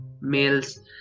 males